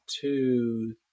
two